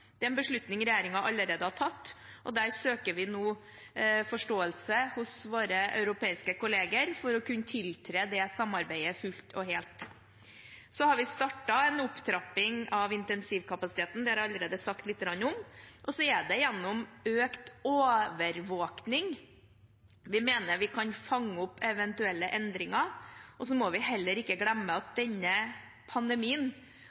Det er en beslutning regjeringen allerede har tatt, og der søker vi nå forståelse hos våre europeiske kolleger for å kunne tiltre det samarbeidet fullt og helt. Så har vi startet en opptrapping av intensivkapasiteten, det har jeg allerede sagt litt om. Og så er det gjennom økt overvåkning vi mener vi kan fange opp eventuelle endringer. Vi må heller ikke glemme at denne pandemien